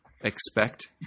expect